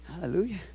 Hallelujah